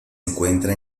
encuentra